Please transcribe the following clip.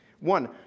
One